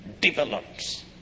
develops